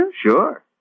Sure